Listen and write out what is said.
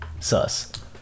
sus